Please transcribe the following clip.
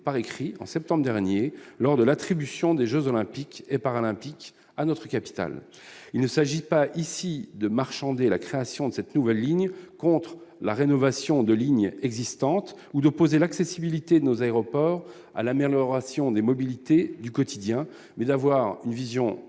par écrit en septembre dernier lors de l'attribution des Jeux olympiques et paralympiques à notre capital, il ne s'agit pas ici de marchander la création de cette nouvelle ligne contre la rénovation de lignes existantes ou d'opposer l'accessibilité nos aéroports à la mer, leur ration des mobilités du quotidien, mais d'avoir une vision